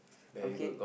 okay